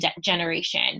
generation